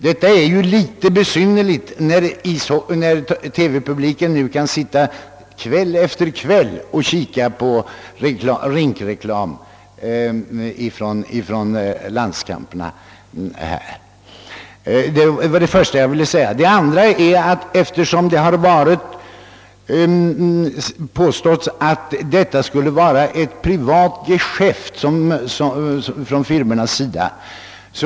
Detta är litet besynnerligt när TV publiken nu kväll efter kväll kan sitta och se på rinkreklam från landskamperna här hemma. Den andra anmärkningen gäller påståendet att det hela skulle vara ett privat geschäft från firmornas sida.